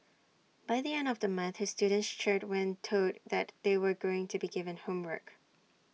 by the end of the month his students cheered when told that they were going to be given homework